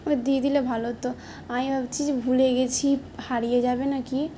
ও দিয়ে দিলে ভালো হতো আমি ভাবছি যে ভুলে গিয়েছি হারিয়ে যাবে না কি